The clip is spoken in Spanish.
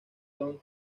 don